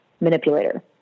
manipulator